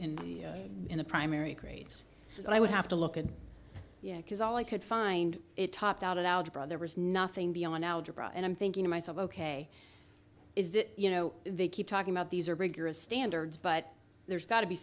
in the in the primary grades i would have to look at because all i could find it topped out at algebra there was nothing beyond algebra and i'm thinking to myself ok is that you know they keep talking about these are rigorous standards but there's got to be